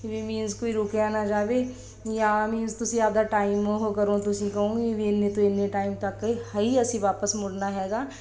ਵੀ means ਕੋਈ ਰੁਕਿਆ ਨਾ ਜਾਵੇ ਜਾਂ ਮੀਨਜ਼ ਤੁਸੀਂ ਆਪਣਾ ਟਾਈਮ ਉਹ ਕਰੋ ਤੁਸੀਂ ਕਹੋਂਗੇ ਵੀ ਇੰਨੇ ਤੋਂ ਇੰਨੇ ਟਾਈਮ ਤੱਕ ਹੈ ਹੀ ਅਸੀਂ ਵਾਪਸ ਮੁੜਨਾ ਹੈਗਾ